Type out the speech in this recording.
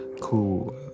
cool